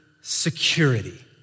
security